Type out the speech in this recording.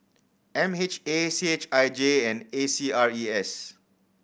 M H A C H I J and A C R E S